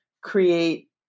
create